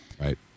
Right